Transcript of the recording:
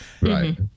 Right